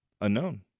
Unknown